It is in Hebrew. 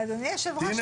אדוני היושב-ראש,